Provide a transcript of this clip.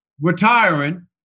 retiring